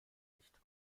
nicht